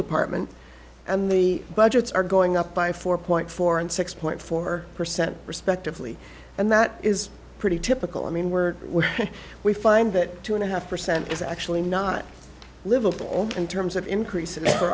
department and the budgets are going up by four point four and six four percent respectively and that is pretty typical i mean we're where we find that two and a half percent is actually not livable in terms of increase